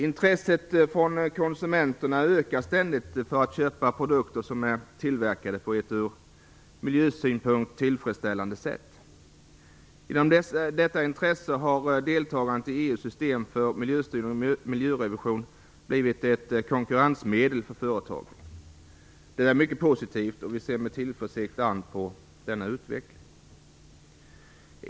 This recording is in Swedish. Intresset från konsumenterna ökar ständigt för att köpa produkter som är tillverkade på ett ur miljösynpunkt tillfredsställande sätt. genom detta intresse har deltagandet i EU:s system för miljöstyrning och miljörevision blivit ett konkurrensmedel för företagen. Allt detta är mycket positivt, och vi ser med tillförsikt fram mot denna utveckling.